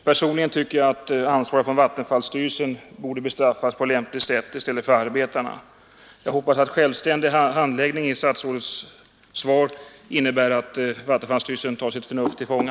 Personligen tycker jag att ansvariga i vattenfallsstyrelsen borde bestraffas på lämpligt sätt i stället för arbetarna. Jag hoppas att uttrycket ”självständighet” i tillämpningen av lagen i statsrådets svar innebär att vattenfallsstyrelsen tar sitt förnuft till fånga.